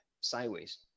sideways